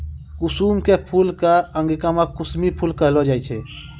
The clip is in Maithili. कुसुम के फूल कॅ अंगिका मॅ कुसमी फूल कहलो जाय छै